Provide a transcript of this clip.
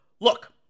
Look